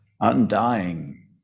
undying